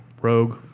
Rogue